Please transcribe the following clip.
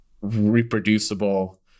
reproducible